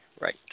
right